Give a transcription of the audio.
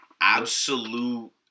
absolute